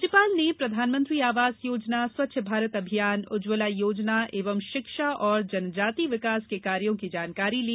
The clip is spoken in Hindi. राज्यपाल ने प्रधानमंत्री आवास योजना स्वच्छ भारत अभियान उज्जवला योजना एवं शिक्षा और जनजाति विकास के कार्यों की जानकारी ली